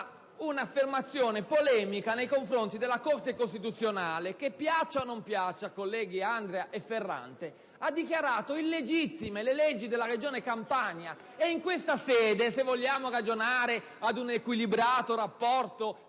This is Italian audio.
un'osservazione nei confronti della Corte costituzionale che, piaccia o no, colleghi Andria e Ferrante, ha dichiarato illegittime le leggi della Regione Campania. In questa sede, se vogliamo ragionare su un equilibrato rapporto